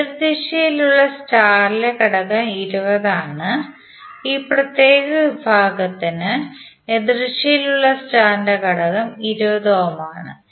എതിർദിശയിൽ ഉള്ള സ്റ്റാർ ലെ ഘടകം 20 ആണ് ഈ പ്രത്യേക വിഭാഗത്തിന് എതിർദിശയിൽ ഉള്ള സ്റ്റാർ ഘടകം 20 ഓം ആണ്